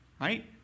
right